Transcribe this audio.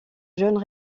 jeunes